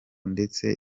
ndetse